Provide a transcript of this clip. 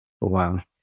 Wow